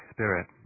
Spirit